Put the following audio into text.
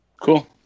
cool